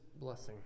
blessing